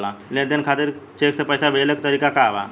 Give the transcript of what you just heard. लेन देन करे खातिर चेंक से पैसा भेजेले क तरीकाका बा?